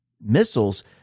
missiles